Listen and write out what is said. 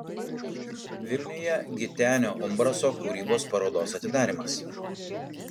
vilniuje gitenio umbraso kūrybos parodos atidarymas